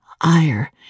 ire